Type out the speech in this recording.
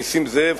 נסים זאב,